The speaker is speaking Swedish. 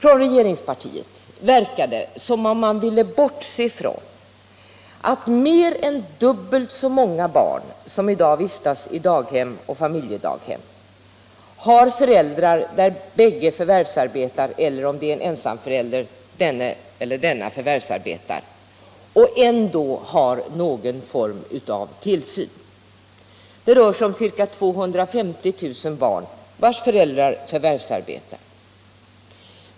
Det verkar som om regeringspartiet ville bortse ifrån att mer än dubbelt så många barn som i dag vistas i daghem och familjedaghem har föräldrar som bägge förvärvsarbetar — eller ensamförälder som förvärvsarbetar — och ändå har någon form av tillsyn. Det rör sig om mer än 250 000 barn vars föräldrar förvärvsarbetar men där barnen inte vistas på daghem.